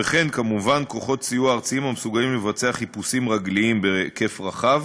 וכן כמובן כוחות סיוע ארציים המסוגלים לבצע חיפושים רגליים בהיקף רחב